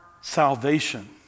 salvation